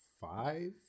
five